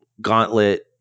Gauntlet